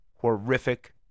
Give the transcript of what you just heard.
horrific